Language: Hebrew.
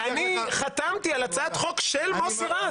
אני חתמתי על הצעת חוק של מוסי רז,